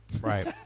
Right